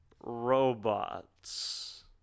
robots